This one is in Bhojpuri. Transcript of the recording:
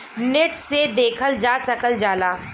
नेट से देखल जा सकल जाला